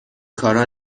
کارا